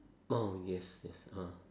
oh yes yes ah